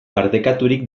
partekaturik